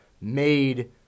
made